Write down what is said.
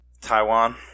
Taiwan